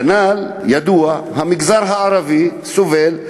כנ"ל, ידוע, המגזר הערבי סובל,